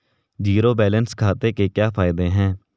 Zero balance खाते के क्या फायदे हैं?